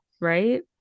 right